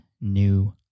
new